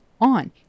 on